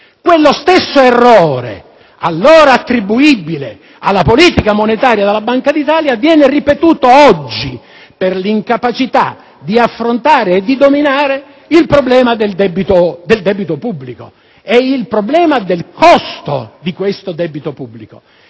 Quello stesso errore, allora attribuibile alla politica monetaria della Banca d'Italia, viene ripetuto oggi per l'incapacità di affrontare e dominare il problema del debito pubblico e del relativo costo e, ancor di più,